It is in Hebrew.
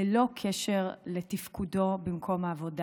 ללא קשר לתפקודו במקום העבודה.